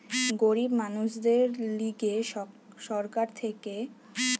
গরিব মানুষদের লিগে সরকার থেকে রিইটাল ব্যাঙ্ক থাকতিছে